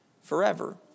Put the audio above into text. forever